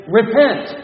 repent